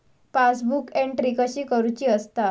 Passbook entry कशी करुची असता?